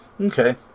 Okay